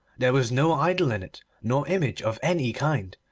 there was no idol in it, nor image of any kind,